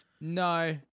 No